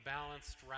Balanced